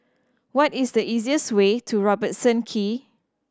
what is the easiest way to Robertson Quay